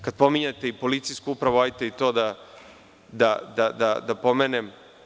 Kad pominjete i policijsku upravu, hajde i to da pomenem.